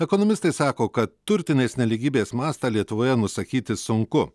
ekonomistai sako kad turtinės nelygybės mastą lietuvoje nusakyti sunku